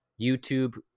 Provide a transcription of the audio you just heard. youtube